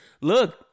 Look